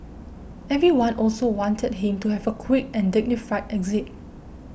everyone also wanted him to have a quick and dignified exit